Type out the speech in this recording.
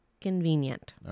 convenient